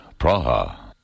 Praha